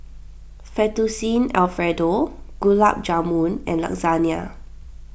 Fettuccine Alfredo Gulab Jamun and Lasagna